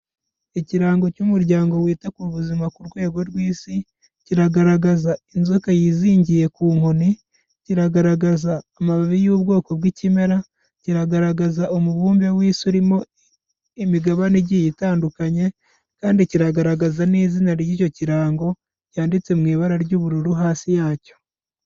Ikirango cy'umuryango wita ku buzima ku rwego rw'isi, kiragaragaza inzoka yizingiye ku nkoni, kiragaragaza amababi y'ubwoko bw'ikimera, kiragaragaza umubumbe w'isi urimo imigabane igiye itandukanye, kandi kiragaragaza n'izina ry'icyo kirango cyanditse mu ibara ry'ubururu hasi yacyo.